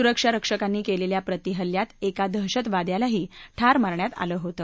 सुरक्षा रक्षकांनी केलेल्या प्रतिहल्लयात एका दहशतवाद्यालाही ठार मारण्यात आलं होतं